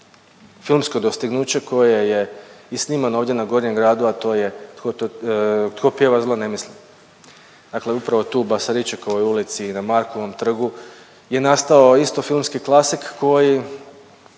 filmsko dostignuće koje je i snimano ovdje na Gornjem gradu, a to je Tko pjeva, zlo ne misli. Dakle upravo tu u Basarićekovoj ulici na Markovom trgu je nastao isto filmski klasik koji